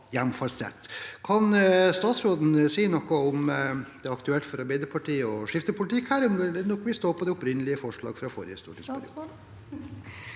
Kan statsråden si noe om det er aktuelt for Arbeiderpartiet å skifte politikk her, og om de vil stå på det opprinnelige forslaget fra forrige stortingsperiode?